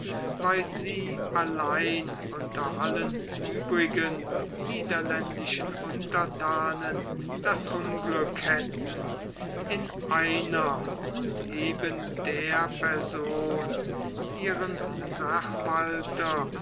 weil sie allein unter allen übrigen niederländischen unterthanen das unglück hätten in einer und eben der person ihren sachwalter